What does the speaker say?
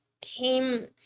came